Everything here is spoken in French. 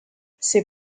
ces